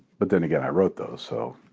but, then again, i wrote those, so,